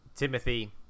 Timothy